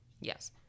yes